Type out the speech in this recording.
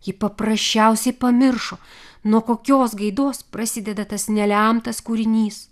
ji paprasčiausiai pamiršo nuo kokios gaidos prasideda tas nelemtas kūrinys